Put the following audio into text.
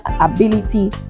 ability